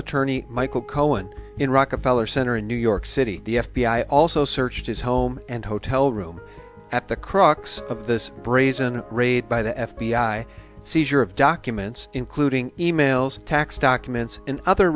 attorney michael cohen in rockefeller center in new york city the f b i also searched his home and hotel room at the crux of this brazen raid by the f b i seizure of documents including emails tax documents and other